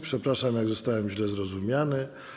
Przepraszam, jeśli zostałem źle zrozumiany.